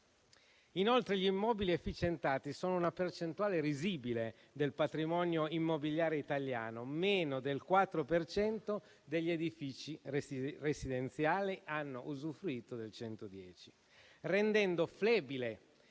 Inoltre gli immobili efficientati sono una percentuale risibile del patrimonio immobiliare italiano: meno del 4 per cento degli edifici residenziali ha usufruito del 110, rendendo flebile